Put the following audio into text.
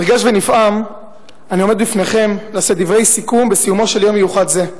נרגש ונפעם אני עומד בפניכם לשאת דברי סיכום בסיומו של יום מיוחד זה,